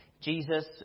Jesus